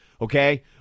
okay